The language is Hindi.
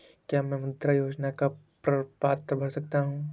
क्या मैं मुद्रा योजना का प्रपत्र भर सकता हूँ?